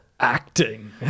acting